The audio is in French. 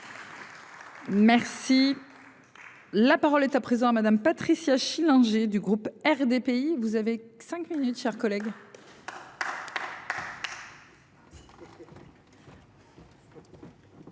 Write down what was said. Merci. La parole est à présent à Madame, Patricia Schillinger, du groupe RDPI vous avez 5 minutes, chers collègues.